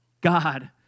God